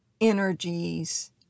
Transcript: energies